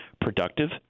productive